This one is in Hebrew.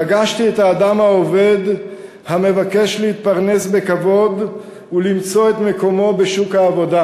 פגשתי את האדם העובד המבקש להתפרנס בכבוד ולמצוא את מקומו בשוק העבודה,